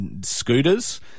scooters